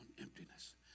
emptiness